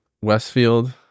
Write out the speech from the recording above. Westfield